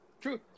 true